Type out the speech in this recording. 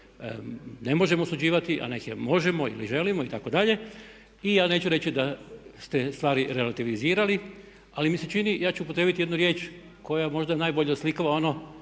ne možemo osuđivati a neke možemo ili želimo itd. I ja neću reći da ste stvari relativizirali ali mi se čini ja ću upotrijebiti jednu riječ koja možda najbolje oslikava ono